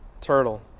turtle